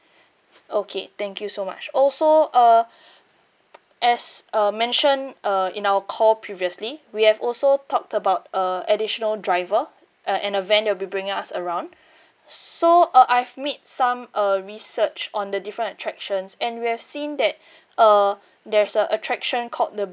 okay thank you so much also uh as uh mentioned uh in our call previously we have also talked about uh additional driver uh and a van that will be bringing us around so uh I've made some uh research on the different attractions and we have seen that uh there's a attraction called the